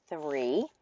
three